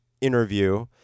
interview